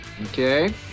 okay